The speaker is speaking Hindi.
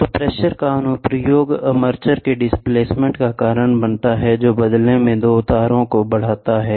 तो प्रेशर का अनुप्रयोग आर्मेचर के डिस्प्लेसमेंट का कारण बनता है जो बदले में दो तारों को बढ़ाता है